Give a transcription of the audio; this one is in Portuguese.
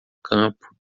campo